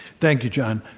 thank you, john.